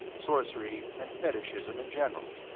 sorcery, and fetishism in general.